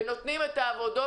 עם גוף מפקח,